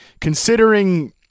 considering